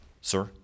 sir